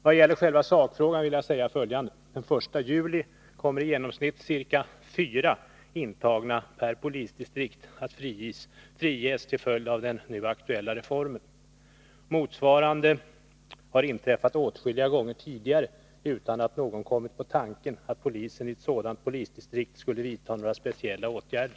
Vad gäller själva sakfrågan vill jag säga följande: Den 1 juli kommer i genomsnitt ca fyra intagna per polisdistrikt att friges till följd av den nu aktuella reformen. Motsvarande har inträffat åtskilliga gånger tidigare, utan att någon kommit på tanken att polisen i ett sådant polisdistrikt skulle vidta några speciella åtgärder.